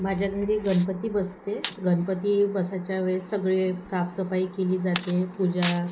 माझ्या घरी गणपती बसते गणपती बसायच्या वेळेस सगळे साफसफाई केली जाते पूजा